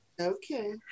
Okay